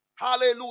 Hallelujah